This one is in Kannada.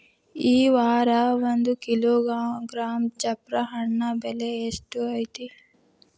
ಈ ವಾರ ಒಂದು ಕಿಲೋಗ್ರಾಂ ಚಪ್ರ ಹಣ್ಣ ಬೆಲೆ ಎಷ್ಟು ಐತಿ?